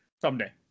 someday